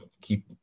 keep